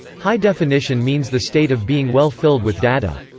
high definition means the state of being well filled with data.